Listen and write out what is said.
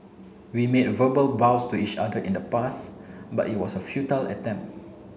we made verbal vows to each other in the past but it was a futile attempt